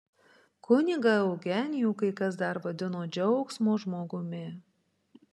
kunigą eugenijų kai kas dar vadino džiaugsmo žmogumi